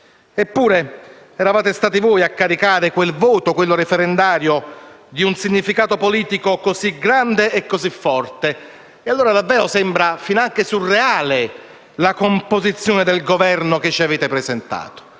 Eppure eravate stati voi a caricare quel voto referendario di un significato politico così grande e così forte, e allora sembra finanche surreale la composizione del Governo che ci avete presentato.